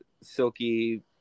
silky